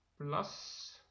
plus